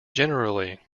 generally